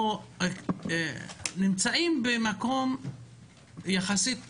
אנחנו נמצאים במקום יחסית טוב.